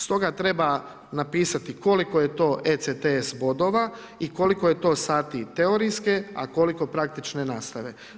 Stoga treba napisati koliko je to ECTS bodova i koliko je to sati teorijske, a koliko praktičke nastave.